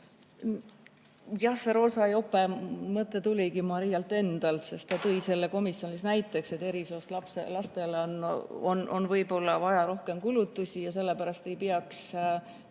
see roosa jope mõte tuligi Marialt endalt. Ta tõi selle komisjonis näiteks, et eri soost laste puhul on võib-olla vaja rohkem kulutusi ja sellepärast ei peaks seda